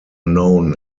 known